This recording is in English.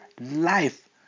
life